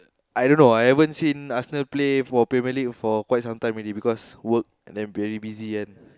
I don't know I haven't seen Arsenal play for Premier League for quite some time already because work and then very busy and